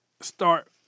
start